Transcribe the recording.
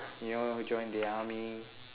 you know join the army